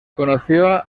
conoció